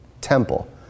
temple